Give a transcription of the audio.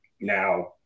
Now